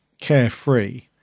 carefree